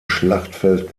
schlachtfeld